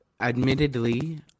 admittedly